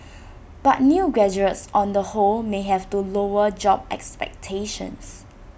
but new graduates on the whole may have to lower job expectations